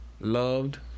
loved